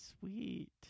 sweet